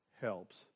helps